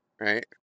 right